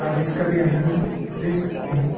आप इसका भी आनंद ले सकते हैं